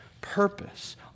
purpose